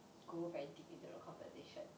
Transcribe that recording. go very deep into the conversation